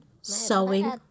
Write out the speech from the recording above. sewing